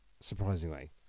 surprisingly